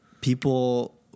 people